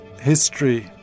history